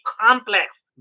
complex